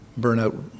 burnout